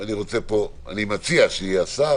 אני מציע שיהיה השר,